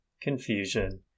confusion